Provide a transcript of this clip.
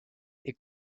est